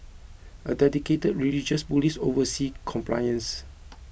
a dedicated religious police oversee compliance